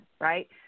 right